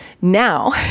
now